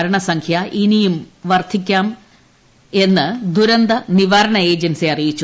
മരണസംഖ്യ ഇനിയും ഉയർന്നേക്കാമെന്ന് ദുരന്തനിവാരണ ഏജൻസി അറിയിച്ചു